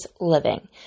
living